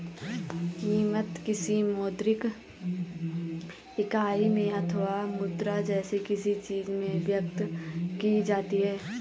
कीमत, किसी मौद्रिक इकाई में अथवा मुद्रा जैसी किसी चीज में व्यक्त की जाती है